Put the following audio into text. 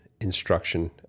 instruction